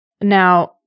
Now